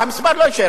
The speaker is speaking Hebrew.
כמו שאמר